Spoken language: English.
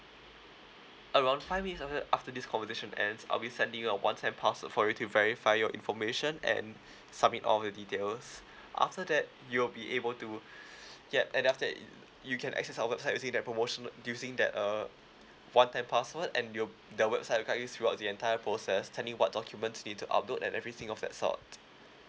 around five minutes after after this conversation ends I'll be sending you a one time password for you to verify your information and submit all of your details after that you will be able to yup and after that you can access our website using that promotional using that uh one time password and you'll b~ the website will guide you throughout the entire process telling you what documents you need to upload and everything of that sort